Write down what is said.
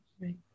Right